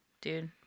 Dude